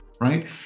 right